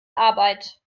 arbeit